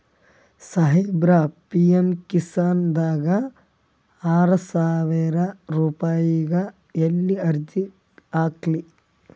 ಸಾಹೇಬರ, ಪಿ.ಎಮ್ ಕಿಸಾನ್ ದಾಗ ಆರಸಾವಿರ ರುಪಾಯಿಗ ಎಲ್ಲಿ ಅರ್ಜಿ ಹಾಕ್ಲಿ?